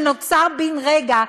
שנוצר בן-רגע,